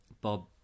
Bob